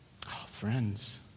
Friends